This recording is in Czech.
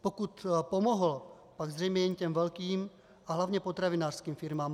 Pokud pomohl, pak zřejmě jen těm velkým a hlavně potravinářským firmám.